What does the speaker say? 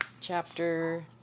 chapter